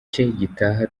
gitaha